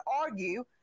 argue